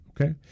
okay